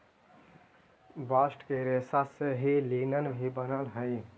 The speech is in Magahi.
बास्ट के रेसा से ही लिनन भी बानऽ हई